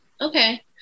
Okay